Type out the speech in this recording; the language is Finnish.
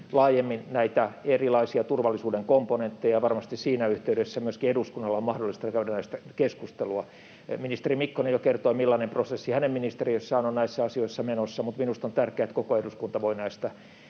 laajemmin näitä erilaisia turvallisuuden komponentteja. Varmasti siinä yhteydessä myöskin eduskunnalla on mahdollista käydä näistä keskustelua. Ministeri Mikkonen jo kertoi, millainen prosessi hänen ministeriössään on näissä asioissa menossa, mutta minusta on tärkeää, että koko eduskunta voi näistä